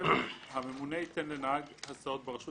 "בטיחות בהסעה 8. הממונה ייתן לנהג הסעות ברשות